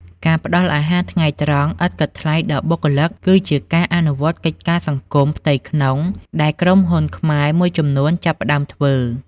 ការផ្ដល់ អាហារថ្ងៃត្រង់ ឥតគិតថ្លៃដល់បុគ្គលិក គឺជាការអនុវត្តកិច្ចការសង្គមផ្ទៃក្នុងដែលក្រុមហ៊ុនខ្មែរមួយចំនួនចាប់ផ្ដើមធ្វើ។